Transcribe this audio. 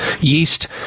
yeast